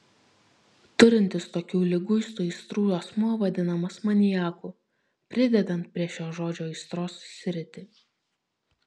turintis tokių liguistų aistrų asmuo vadinamas maniaku pridedant prie šio žodžio aistros sritį